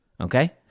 okay